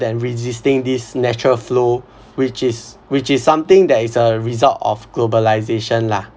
than resisting this natural flow which is which is something that is a result of globalisation lah